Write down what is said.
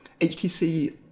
HTC